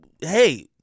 hey